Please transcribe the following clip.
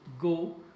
go